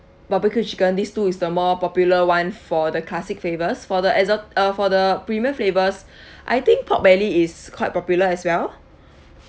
barbecue chicken these two is the more popular [one] for the classic flavours for the exo~ uh for the premium flavours I think pork belly is quite popular as well